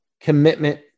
Commitment